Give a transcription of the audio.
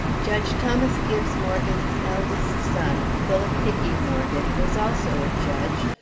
judge thomas gibbes morgan's eldest son, philip hickey morgan, was also a judge,